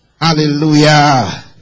Hallelujah